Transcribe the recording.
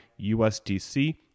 USDC